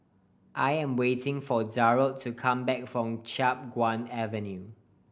I am waiting for Darold to come back from Chiap Guan Avenue